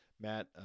Matt